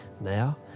Now